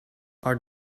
are